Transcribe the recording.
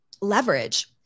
leverage